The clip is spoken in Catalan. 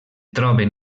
troben